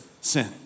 sin